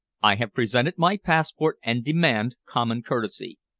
i have presented my passport and demand common courtesy.